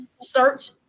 search